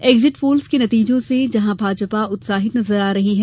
exit polls के नतीजों से जहां भाजपा उत्साहित नजर आ रही है